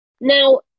Now